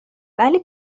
ولی